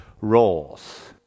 roles